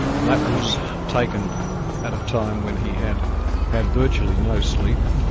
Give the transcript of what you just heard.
and that was taken at a time when he had had virtually no sleep,